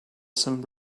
some